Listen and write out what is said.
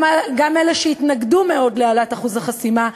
גם אלה שהתנגדו מאוד להעלאת אחוז החסימה,